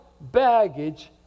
baggage